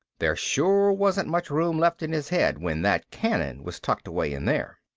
there sure wasn't much room left in his head when that cannon was tucked away in there.